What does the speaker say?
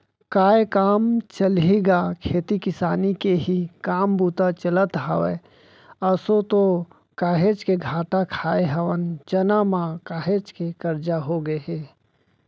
काय काम चलही गा खेती किसानी के ही काम बूता चलत हवय, आसो तो काहेच के घाटा खाय हवन चना म, काहेच के करजा होगे हे